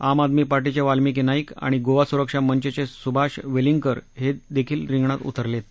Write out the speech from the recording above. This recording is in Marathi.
आम आदमी पार्टीचे वाल्मिकी नाईक आणि गोवा सुरक्षा मंच चे सुभाष वेलिंगकर हे देखील रिंगणात उतरलेत